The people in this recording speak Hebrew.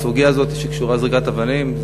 הסוגיה שקשורה לזריקת אבנים,